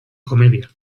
comedia